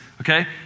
okay